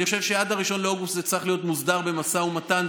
אני חושב שעד 1 באוגוסט זה צריך להיות מוסדר במשא ומתן,